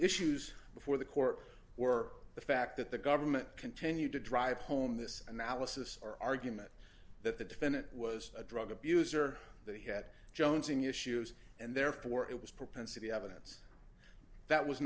issues before the court were the fact that the government continued to drive home this analysis or argument that the defendant was a drug abuser that he had jones in your shoes and therefore it was propensity evidence that was